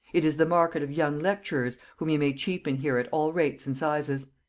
it is the market of young lecturers, whom you may cheapen here at all rates and sizes.